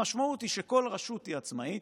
המשמעות היא שכל רשות היא עצמאית,